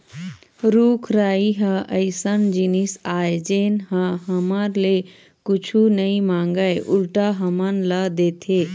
रूख राई ह अइसन जिनिस आय जेन ह हमर ले कुछु नइ मांगय उल्टा हमन ल देथे